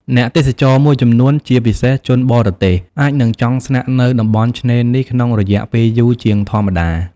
អ្នកទេសចរមួយចំនួន ជាពិសេសជនបរទេស អាចនឹងចង់ស្នាក់នៅតំបន់ឆ្នេរនេះក្នុងរយៈពេលយូរជាងធម្មតា។